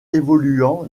évoluant